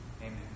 Amen